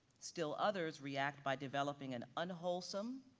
still, others react by developing an unwholesome,